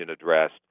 addressed